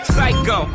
Psycho